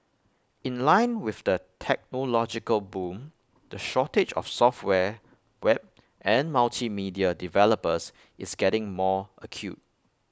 in line with the technological boom the shortage of software web and multimedia developers is getting more acute